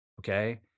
Okay